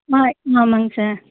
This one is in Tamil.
மா ஆமாங்க சார்